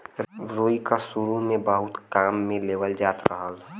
रुई क सुरु में बहुत काम में लेवल जात रहल